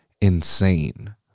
insane